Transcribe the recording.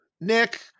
Nick